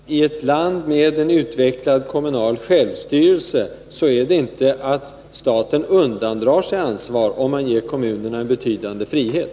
Herr talman! I ett land med en utvecklad kommunal självstyrelse betyder detinte att staten undandrar sig ansvar, om man ger kommunerna betydande frihet.